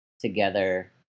together